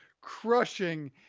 crushing